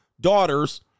daughters